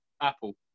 apple